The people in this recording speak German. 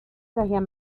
daher